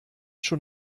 schon